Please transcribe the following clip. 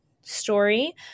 story